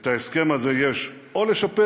את ההסכם הזה יש או לשפר